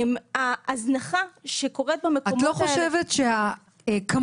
ההזנחה שקורית במקומות האלה --- את לא חושבת שכמות